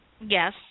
Yes